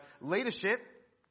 leadership